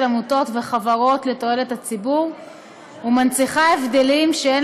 עמותות וחברות לתועלת הציבור ומנציחה הבדלים שאין